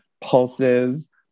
pulses